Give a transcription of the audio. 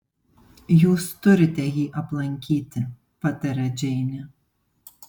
jūs turite jį aplankyti pataria džeinė